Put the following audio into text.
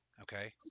Okay